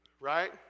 right